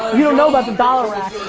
you don't know about the dollar rack.